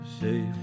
safe